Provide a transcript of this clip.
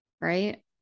right